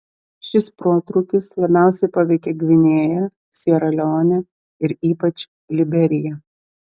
šis protrūkis labiausiai paveikė gvinėją siera leonę ir ypač liberiją